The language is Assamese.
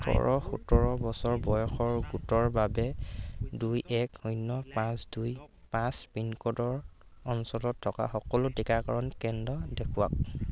ওঠৰ সোতৰ বছৰ বয়সৰ গোটৰ বাবে দুই এক শূন্য পাঁচ দুই পাঁচ পিনক'ডৰ অঞ্চলত থকা সকলো টিকাকৰণ কেন্দ্ৰ দেখুৱাওক